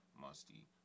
musty